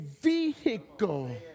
vehicle